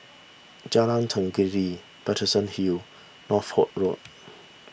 Jalan Tenggiri Paterson Hill and Northolt Road